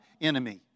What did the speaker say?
enemy